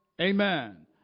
Amen